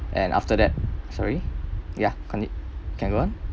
and after that sorry ya continue can go on